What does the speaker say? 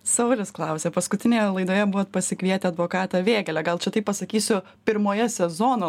saulius klausia paskutinėje laidoje buvot pasikvietę advokatą vėgėlę gal čia taip pasakysiu pirmoje sezono